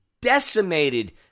decimated